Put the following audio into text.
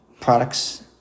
products